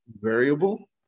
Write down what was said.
variable